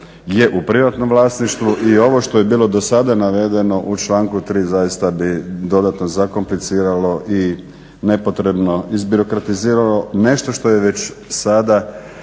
u privatnom vlasništvu i ovo što je bilo do sada navedeno u članku 3.zaista bi dodatno zakompliciralo i nepotrebno izbirokratiziralo nešto što je već sada